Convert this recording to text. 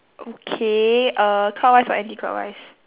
okay uh clockwise or anticlockwise